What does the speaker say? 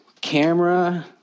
camera